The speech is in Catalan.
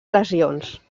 lesions